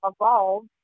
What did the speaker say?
evolve